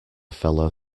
fellow